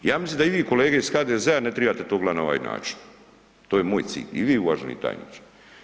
Ja mislim da i vi kolege iz HDZ-a ne trebate to gledati na ovaj način, to je moj cilj, i vi uvaženi tajniče.